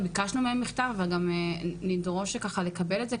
ביקשנו מהם מכתב וגם נדרוש לקבל את זה,